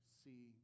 see